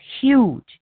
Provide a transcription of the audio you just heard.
huge